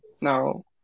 no